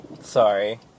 Sorry